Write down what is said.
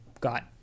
got